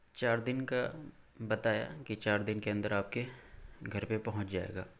چار دن کا بتایا کہ چار دن کے اندر آپ کے گھر پہ پہونچ جائے گا